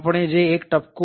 આપણે જે એક ટપકું